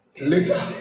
later